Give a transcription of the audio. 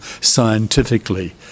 scientifically